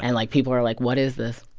and like, people were like, what is this?